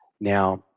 Now